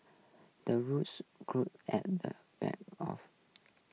the rooster crows at the back of